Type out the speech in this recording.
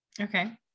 Okay